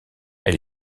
elle